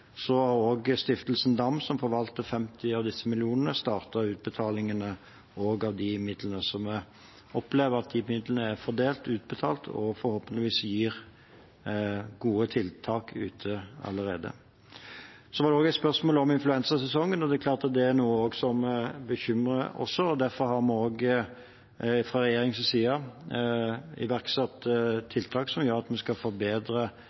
Stiftelsen Dam, som forvalter 50 av disse millionene, har også startet utbetalingene av de midlene, så vi opplever at de midlene er fordelt, utbetalt og forhåpentligvis gir gode tiltak ute allerede. Det var også et spørsmål om influensasesongen. Det er klart at det er noe som også bekymrer oss. Derfor har vi fra regjeringens side iverksatt tiltak som gjør at vi skal